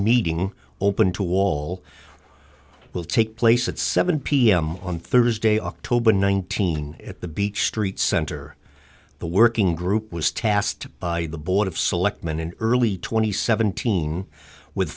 meeting will open to all will take place at seven pm on thursday october nineteenth at the beach street center the working group was tasked by the board of selectmen in early twenty seventeen with